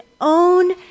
own